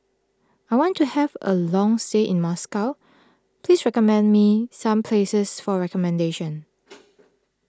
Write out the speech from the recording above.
I want to have a long stay in Moscow please recommend me some places for accommodation